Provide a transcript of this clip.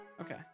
Okay